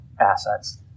assets